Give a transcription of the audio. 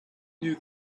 knew